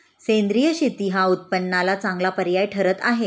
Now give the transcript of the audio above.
सेंद्रिय शेती हा उत्पन्नाला चांगला पर्याय ठरत आहे